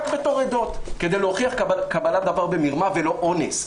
בתור עדות כדי להוכיח קבלת דבר במרמה ולא אונס.